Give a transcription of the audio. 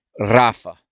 Rafa